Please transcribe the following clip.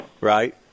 Right